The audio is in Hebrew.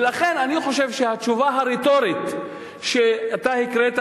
ולכן אני חושב שהתשובה הרטורית שאתה הקראת,